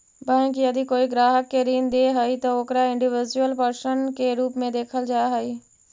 bank यदि कोई ग्राहक के ऋण दे हइ त ओकरा इंडिविजुअल पर्सन के रूप में देखल जा हइ